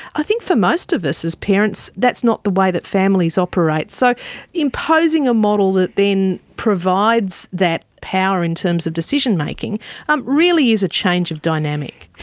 i think for most of us as parents that's not the way that families operate. so imposing a model that then provides that power in terms of decision-making um really is a change of dynamic.